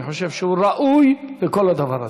אני חושב שהוא ראוי לכל הדבר הזה.